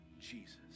Jesus